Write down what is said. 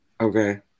okay